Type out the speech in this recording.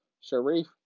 Sharif